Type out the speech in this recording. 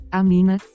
amina